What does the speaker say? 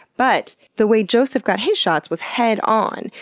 but the way joseph got his shots was head on,